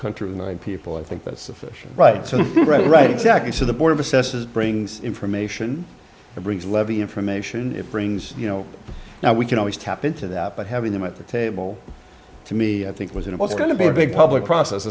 country and people i think that's sufficient right so right right exactly so the board of assesses brings information and brings levy information it brings you know now we can always tap into that but having them at the table to me i think was it was going to be a big public process